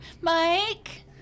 Mike